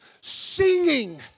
singing